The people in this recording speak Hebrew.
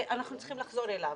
ואנחנו צריכים לחזור אליו.